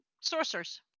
Sorcerers